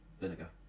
vinegar